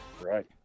Right